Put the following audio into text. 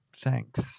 Thanks